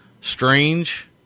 strange